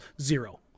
zero